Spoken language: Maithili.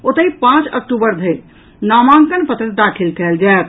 ओतहि पांच अक्टूबर धरि नामांकन पत्र दाखिल कयल जायत